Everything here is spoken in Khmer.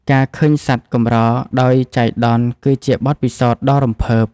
ការឃើញសត្វកម្រដោយចៃដន្យគឺជាបទពិសោធន៍ដ៏រំភើប។